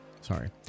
Sorry